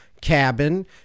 cabin